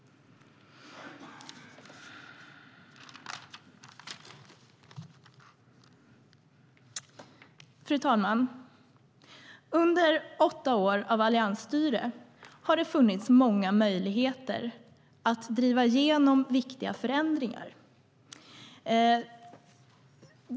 Fru talman! Under åtta år av alliansstyre har det funnits många möjligheter att driva igenom viktiga förändringar.